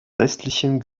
restlichen